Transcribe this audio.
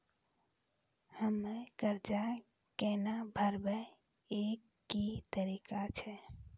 हम्मय कर्जा केना भरबै, एकरऽ की तरीका छै?